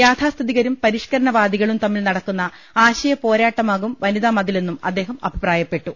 യാഥാസ്ഥിതികരും പരിഷ്ക്കരണവാദികളും തമ്മിൽ നടക്കുന്ന ആശയ പോരാട്ടമാകും വനിതാ മതിലെന്നും അദ്ദേഹം അഭിപ്രായപ്പെട്ടു